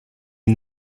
est